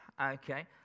Okay